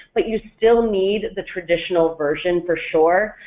but you still need the traditional version for sure.